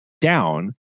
down